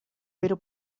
pero